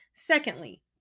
secondly